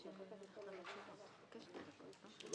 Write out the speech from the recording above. לנצל את ההזדמנות --- לא,